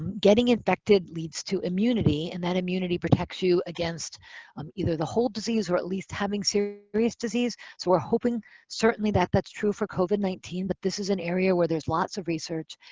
getting infected leads to immunity, and that immunity protects you against um either the whole disease or at least having serious serious disease, so we're hoping certainly that that's true for covid nineteen, but this is an area where there's lots of research,